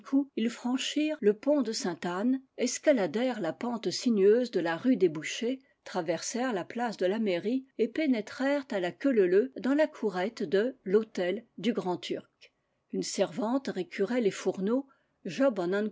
ils franchirent le pont de sainte-anne escaladèrent la pente sinueuse de la rue des bouchers traversèrent la place de la mairie et pénétrèrent à la queue leu leu dans la courette de l'hôtel du grand-turc une servante récurait les fourneaux job